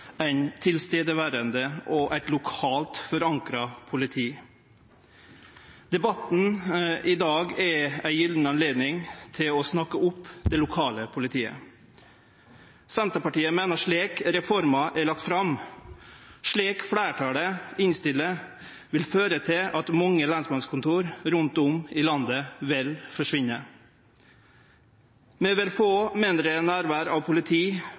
ein institusjon i lokalsamfunnet, og i lag med andre tilsette på lensmannskontoret utgjer han eit nærværande og lokalt forankra politi. Debatten i dag er ei gyllen anledning til å snakke opp det lokale politiet. Senterpartiet meiner at slik reforma er lagt fram, slik fleirtalet innstiller, vil det føre til at mange lensmannskontor rundt om i landet vil forsvinne. Vi vil